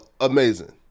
amazing